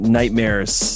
nightmares